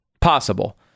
possible